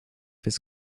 his